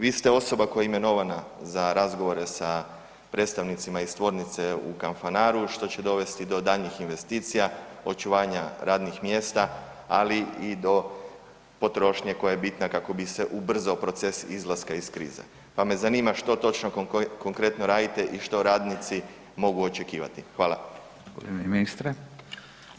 Vi ste osoba koja je imenovana za razgovore sa predstavnicima iz tvornice u Kanfanaru što će dovesti do daljnjih investicija, očuvanja radnih mjesta ali i do potrošnje koja je bitna kako bi se ubrzao proces izlaska iz krize pa me zanima što točno konkretno radite i što radnici mogu očekivati?